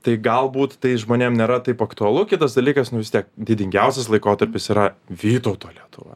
tai galbūt tai žmonėm nėra taip aktualu kitas dalykas nu vis tiek didingiausias laikotarpis yra vytauto lietuva